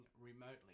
remotely